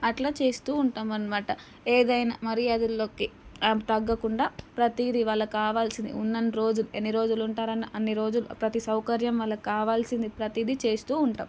అట్లా చేస్తూ ఉంటామని మాట ఏదైనా మర్యాదల్లోకి తగ్గకుండా ప్రతిదీ వాళ్ళకి కావాల్సింది ఉన్నన్ని రోజులు ఎన్ని రోజులు ఉంటారో అన్ని రోజులు ప్రతి సౌకర్యం వాళ్ళకి కావాల్సిన ప్రతిదీ చేస్తూ ఉంటాం